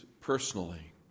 personally